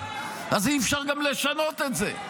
אז אי-אפשר גם לשנות את זה.